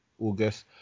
August